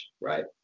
right